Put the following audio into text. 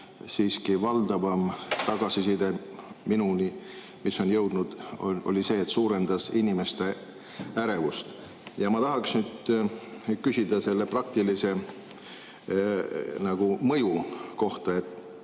siiski valdavam tagasiside, mis minuni on jõudnud, oli see, et see suurendas inimeste ärevust. Ma tahaksin küsida selle praktilise mõju kohta.